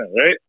right